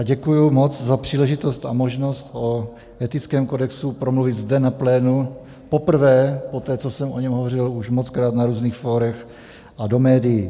Děkuji moc za příležitost a možnost o etickém kodexu promluvit zde na plénu poprvé poté, co jsem o něm hovořil už mockrát na různých fórech a do médií.